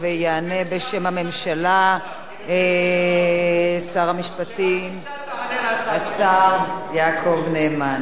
יענה בשם הממשלה שר המשפטים, השר יעקב נאמן.